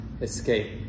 escape